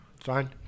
Fine